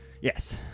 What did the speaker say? Yes